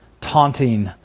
taunting